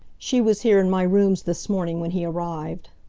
she was here in my rooms this morning when he arrived.